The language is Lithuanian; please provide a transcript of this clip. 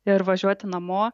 ir važiuoti namo